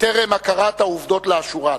טרם הכרת העובדות לאשורן.